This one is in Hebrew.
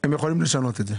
הם יכולים לשנות את זה.